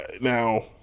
Now